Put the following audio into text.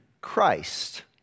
Christ